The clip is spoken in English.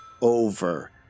over